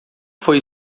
foi